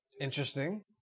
Interesting